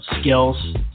skills